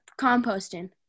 composting